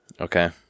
Okay